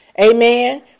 Amen